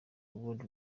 world